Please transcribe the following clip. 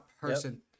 person